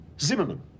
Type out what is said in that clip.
Zimmerman